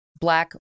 black